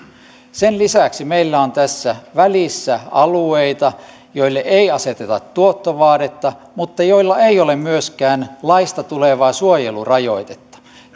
sen lisäksi meillä on tässä välissä alueita joille ei aseteta tuottovaadetta mutta joilla ei ole myöskään laista tulevaa suojelurajoitetta